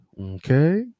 Okay